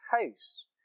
house